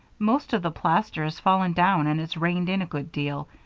most of the plaster has fallen down and it's rained in a good deal.